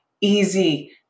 easy